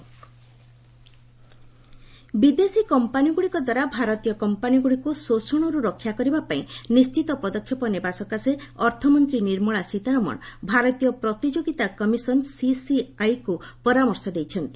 ସୀତାରମଣ ବିଦେଶୀ କମ୍ପାନୀଗୁଡ଼ିକ ଦ୍ୱାରା ଭାରତୀୟ କମ୍ପାନୀଗୁଡ଼ିକୁ ଶୋଷଣରୁ ରକ୍ଷା କରିବା ପାଇଁ ନିଶ୍ଚିତ ପଦକ୍ଷେପ ନେବା ସକାଶେ ଅର୍ଥମନ୍ତ୍ରୀ ନିର୍ମଳା ସୀତାରମଣ ଭାରତୀୟ ପ୍ରତିଯୋଗୀତା କମିଶନ୍ ସିସିଆଇକୁ ପରାମର୍ଶ ଦେଇଛନ୍ତି